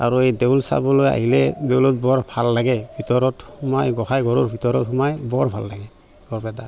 আৰু এই দৌল চাবলৈ আহিলে দৌলত বৰ ভাল লাগে ভিতৰত সোমাই বহাই ঘৰৰ ভিতৰত সোমাই বৰ ভাল লাগে বৰপেটা